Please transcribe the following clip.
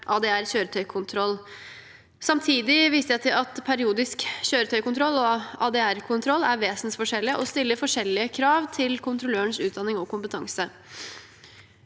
ADR-kjøretøykontroll. Samtidig viste jeg til at periodisk kjøretøykontroll og ADR-kontroll er vesensforskjellige og stiller forskjellige krav til kontrollørens utdanning og kompetanse.